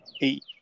eight